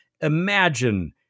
Imagine